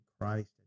Christ